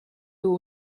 dur